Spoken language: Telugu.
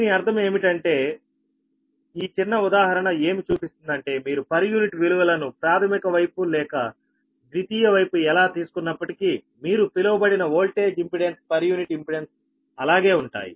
దీని అర్థం ఏమిటంటే ఈ చిన్న ఉదాహరణ ఏమి చూపిస్తుంది అంటే మీరు పర్ యూనిట్ విలువలను ప్రాథమిక వైపు లేక ద్వితీయ వైపు ఎలా తీసుకున్నప్పటికీ మీరు పిలువబడిన voltage impedance per unit impedance అలాగే ఉంటాయి